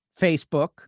Facebook